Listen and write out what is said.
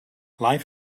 life